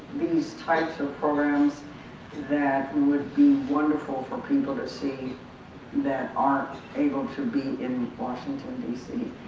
these types of programs that and would be wonderful for people to see that aren't able to be in washington, d c.